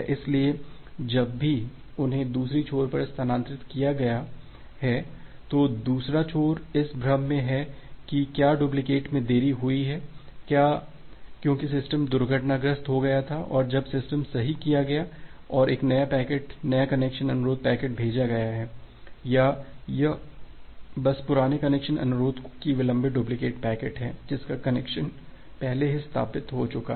इसलिए जब भी उन्हें दूसरे छोर पर स्थानांतरित किया गया है तो दूसरा छोर इस भ्रम में है कि क्या डुप्लिकेट में देरी हुई है क्योंकि सिस्टम दुर्घटनाग्रस्त हो गया था और अब सिस्टम सही किया गया है और एक नया पैकेट नया कनेक्शन अनुरोध पैकेट भेजा गया है या यह बस पुराने कनेक्शन अनुरोध की विलंबित डुप्लिकेट पैकेट है जिसका कनेक्शन पहले ही स्थापित हो चुका है